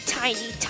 tiny